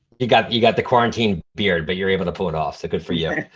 you got you got the quarantine beard, but you're able to pull it off. so good for you.